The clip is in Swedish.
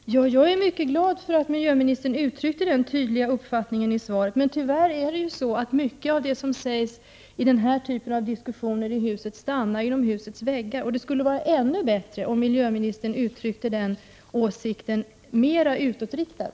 Herr talman! Jag är mycket glad för att miljöministern uttryckte den uppfattningen i svaret. Tyvärr stannar mycket av vad som sägs i den här typen av diskussioner inom husets väggar. Det skulle vara ännu bättre om miljöministern uttryckte sin åsikt mera utåtriktat.